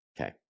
Okay